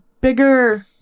bigger